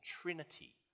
Trinity